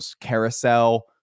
carousel